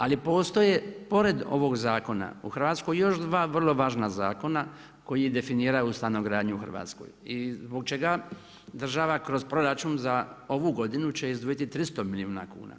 Ali postoje pored ovog zakona u Hrvatskoj još dva vrlo važna zakona koji definiraju stanogradnju u Hrvatskoj i zbog čega država kroz proračun za ovu godinu će izdvojiti 300 milijuna kuna.